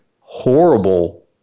horrible